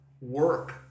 work